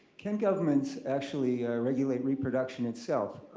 can governments actually regulate reproduction itself?